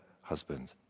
husband